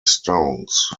stones